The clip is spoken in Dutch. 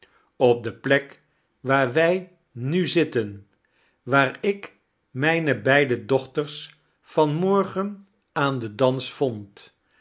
op de plek waar wij nu zitten waar ik mijne beide dochters van morgen aan den dans vond